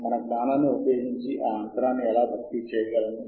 మనం ముందుకు సాగడానికి ముందే తనిఖీ జాబితా ఉండాలి